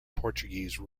portuguese